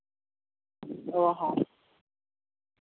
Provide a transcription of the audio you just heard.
ᱚ ᱦᱚᱸ